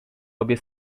obie